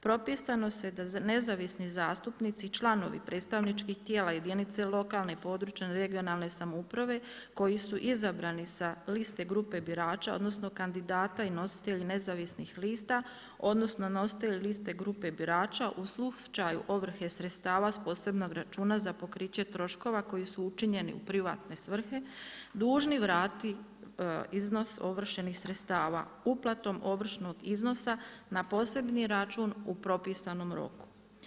Propisano je da nezavisni zastupnici i članovi predstavničkih tijela jedinice lokalne i područne (regionalne) samouprave koji su izabrani sa liste grupe birača, odnosno kandidata i nositelji nezavisnih lista, odnosno nositelji liste grupe birača u slučaju ovrhe sredstava sa posebnog računa za pokriće poslova koji su učinjeni u privatne svrhe dužni vratiti iznos ovršenih sredstava uplatom ovršnog iznosa na posebni račun u propisanom roku.